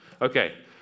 Okay